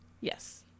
Yes